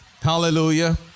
Hallelujah